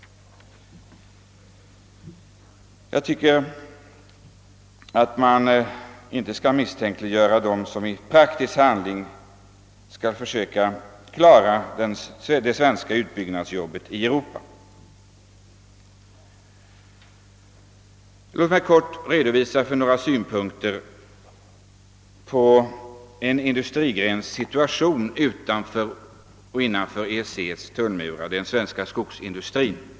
Jag tycker inte att vi skall misstänkliggöra dem som i praktisk handling skall försöka klara det svenska utbyggnadsjobbet i Europa. Låt mig i korthet redovisa några synpunkter på en industrigrens situation utanför och innanför EEC:s tullmurar, nämligen den svenska skogsindustrins.